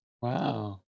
wow